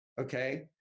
Okay